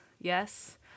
yes